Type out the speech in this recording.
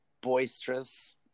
boisterous